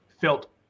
felt